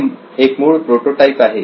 हे एक मूळ प्रोटोटाईप आहे